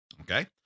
Okay